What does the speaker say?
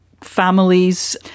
families